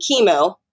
chemo